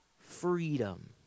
freedom